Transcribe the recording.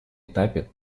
этапе